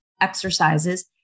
exercises